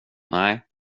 nej